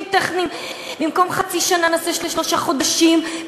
טכניים: במקום חצי שנה נעשה שלושה חודשים,